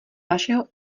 vašeho